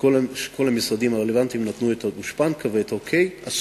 וכל המשרדים הרלוונטיים נתנו את הגושפנקה ואת האוקיי הסופי.